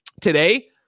today